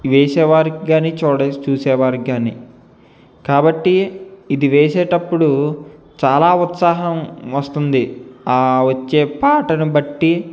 ఇది వేసేవారికి కానీ చూడ చూసేవారికి కానీ కాబట్టి ఇది వేసేటప్పుడు చాలా ఉత్సాహం వస్తుంది ఆ వచ్చే పాటను బట్టి